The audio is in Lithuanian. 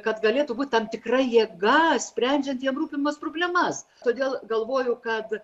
kad galėtų būti tam tikra jėga sprendžiant jiem rūpimas problemas todėl galvoju kad